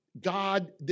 God